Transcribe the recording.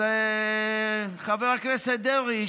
אז חבר הכנסת דרעי,